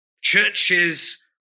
churches